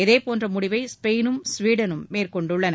இதேபோன்ற முடிவை ஸ்பெயினும் ஸ்வீடனும் மேற்கொண்டுள்ளன